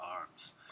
arms